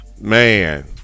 Man